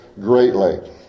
greatly